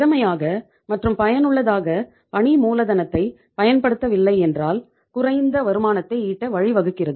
திறமையாக மற்றும் பயனுள்ளதாக பணி மூலதனத்தைப் பயன்படுத்தவில்லை என்றால் குறைந்த வருமானத்தை ஈட்ட வழிவகுக்கிறது